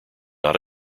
not